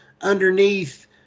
underneath